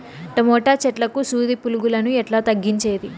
Tomato చెట్లకు సూది పులుగులను ఎట్లా తగ్గించేది?